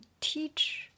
teach